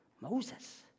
Moses